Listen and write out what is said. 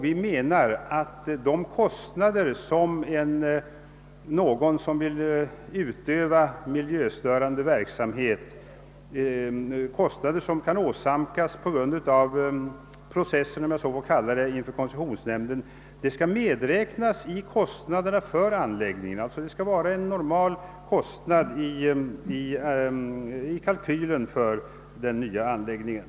Vi menar att den kostnad, som någon som vill utöva miljöstörande verksamhet förorsakar på grund av processen inför koncessionsnämnden, skall medräknas i kostnaden för anläggningen. Det skall alltså vara en normal kostnad i kalkylen för den nya anläggningen.